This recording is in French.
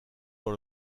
dans